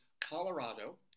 Colorado